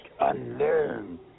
unlearn